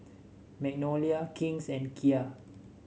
Magnolia King's and Kia